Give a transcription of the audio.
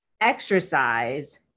exercise